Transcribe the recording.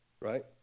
right